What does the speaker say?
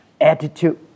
attitude